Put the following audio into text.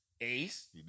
Ace